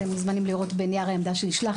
אתם מוזמנים לראות בנייר העמדה שנשלח